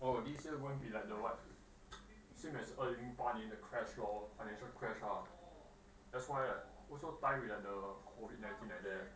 oh this year won't be like the what same as 二零零八年的 crash lor financial crash lah that's why like also tie with the COVID nineteen like there